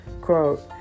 Quote